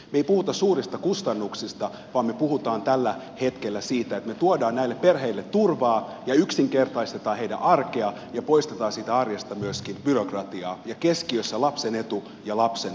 me emme puhu suurista kustannuksista vaan me puhumme tällä hetkellä siitä että me tuomme näille perheille turvaa ja yksinkertaistamme heidän arkeaan ja poistamme siitä arjesta myöskin byrokratiaa keskiössä lapsen etu ja lapsen turva